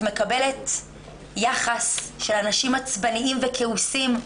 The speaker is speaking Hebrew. את מקבלת יחס של אנשים עצבניים וכעוסים.